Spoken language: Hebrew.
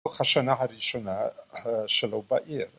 תוך השנה הראשונה שלו בעיר.